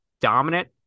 dominant